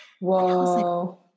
Whoa